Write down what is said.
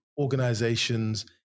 organizations